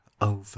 over